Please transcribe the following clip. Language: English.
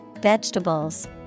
vegetables